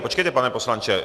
Počkejte, pane poslanče.